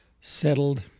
settled